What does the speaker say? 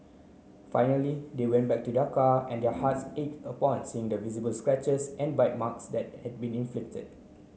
finally they went back to their car and their hearts ache upon seeing the visible scratches and bite marks that had been inflicted